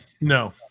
no